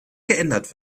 geändert